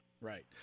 Right